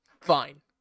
fine